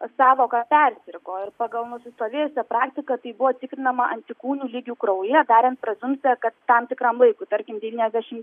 sąvoka persirgo ir pagal nusistovėjusią praktiką tai buvo tikrinama antikūnų lygiu kraujyje darant prezumciją kad tam tikram laikui tarkim devyniasdešimt